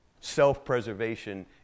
self-preservation